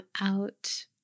out